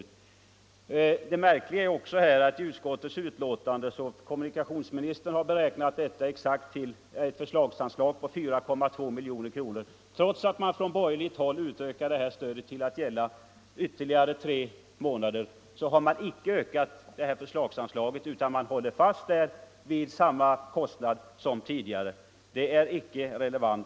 Också en annan sak är märklig i utskottets betänkande. Kommunikationsministern har beräknat förslagsanslaget till 4,2 miljoner kronor. Trots att man på borgerligt håll vill utöka detta stöd till att gälla under ytterligare tre månader har man emellertid icke föreslagit att förslagsanslaget skall räknas upp, utan man håller fast vid samma belopp som tidigare. Det äskandet är icke relevant.